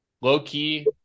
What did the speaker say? Low-key